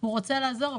הוא רוצה לעזור,